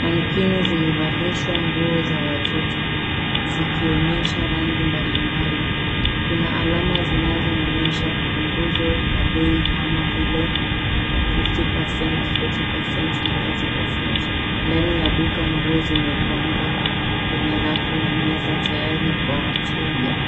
mannequin zimevalishwa nguo za watoto, zikionyesha rangi mbalimbali. Kuna alama zinazoonyesha punguzo la bei kama vile 50%, 40% na 30% . Ndani ya duka nguo zimepangwa kwenye rafu na meza tayari ka wateja.